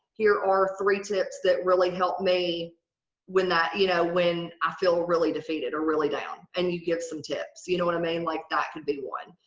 here are three tips that really helped me win that you know when i feel really defeated or really down. and you get some tips you know what i mean like that could be one.